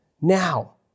now